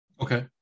Okay